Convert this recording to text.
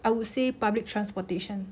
I would say public transportation